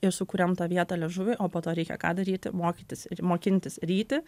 ir sukuriam tą vietą liežuviui o po to reikia ką daryti mokytis ir mokintis ryti